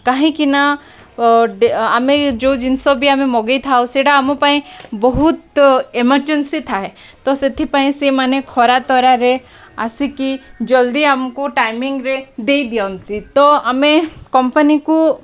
କାହିଁକିନା ଆମେ ଯେଉଁ ଜିନିଷ ବି ଆମେ ମଗେଇଥାଉ ସେଇଟା ଆମ ପାଇଁ ବହୁତ ଏମରଜେନ୍ସି ଥାଏ ତ ସେଥିପାଇଁ ସେମାନେ ଖରା ତରାରେ ଆସିକି ଜଲ୍ଦି ଆମକୁ ଟାଇମିଂରେ ଦେଇଦିଅନ୍ତି ତ ଆମେ କମ୍ପାନୀକୁ